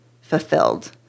fulfilled